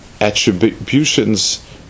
attributions